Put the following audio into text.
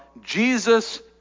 Jesus